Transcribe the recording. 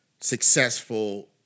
successful